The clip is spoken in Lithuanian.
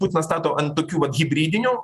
putinas stato ant tokių vat hibridinių